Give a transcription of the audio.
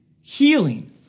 Healing